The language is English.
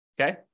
Okay